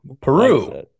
Peru